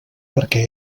perquè